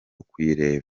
kuyareba